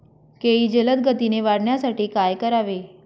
केळी जलदगतीने वाढण्यासाठी काय करावे?